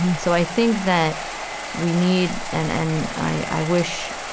so i think that we need an and i wish